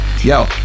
Yo